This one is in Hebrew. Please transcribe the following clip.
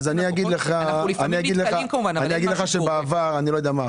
אני לא יודע מה עכשיו,